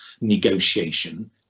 negotiation